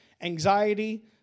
anxiety